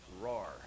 roar